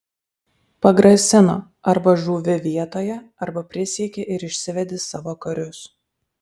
pagrasino arba žūvi vietoje arba prisieki ir išsivedi savo karius